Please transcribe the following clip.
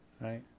Right